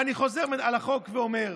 ואני חוזר על החוק ואומר: